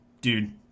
dude